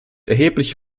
erhebliche